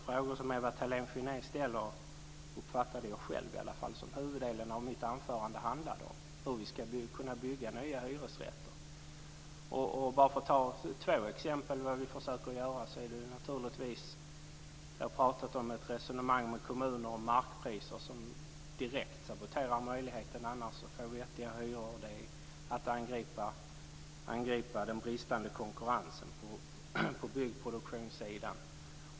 Fru talman! Huvuddelen av mitt anförande handlade om de frågor som Ewa Thalén Finné ställde, dvs. hur vi ska kunna bygga nya hyresrätter. Det finns två exempel på vad vi försöker göra. Vi har haft ett resonemang med kommuner om markpriser som annars direkt saboterar möjligheten till vettiga hyror. Det är fråga om att angripa den bristande konkurrensen på byggproduktionssidan.